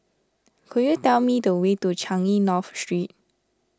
could you tell me the way to Changi North Street